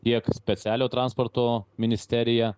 tiek specialio transporto ministerija